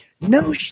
No